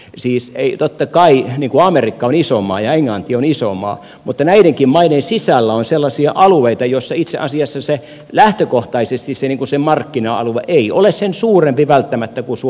siis totta kai amerikka on iso maa ja englanti on iso maa mutta näidenkin maiden sisällä on sellaisia alueita joissa itse asiassa lähtökohtaisesti se markkina alue ei ole sen suurempi välttämättä kuin suomikaan